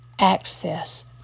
access